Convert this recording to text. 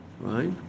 right